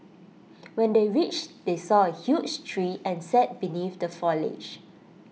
when they reached they saw A huge tree and sat beneath the foliage